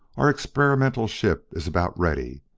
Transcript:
our experimental ship is about ready,